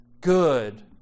good